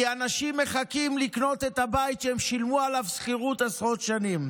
כי אנשים מחכים לקנות את הבית שהם שילמו עליו שכירות עשרות שנים.